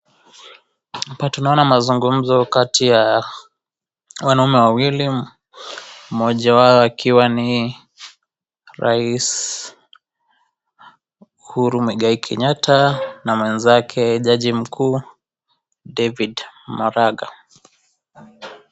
Hapa tunaona mazungumzo kati ya wanaume wawili, mmoja wao akiwa ni rais Uhuru Muigai Kenyatta, na mwenzake jaji mkuu David Maraga.